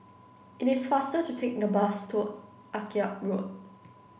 it is faster to take the bus to Akyab Road